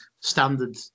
standard